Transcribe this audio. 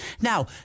Now